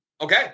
okay